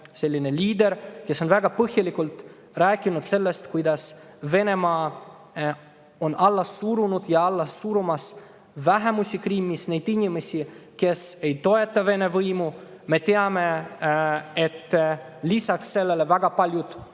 liider. Tema on väga põhjalikult rääkinud sellest, kuidas Venemaa on alla surunud ja alla surumas vähemusi Krimmis – neid inimesi, kes ei toeta Vene võimu. Me teame, et lisaks sellele on väga paljud Ukraina